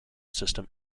system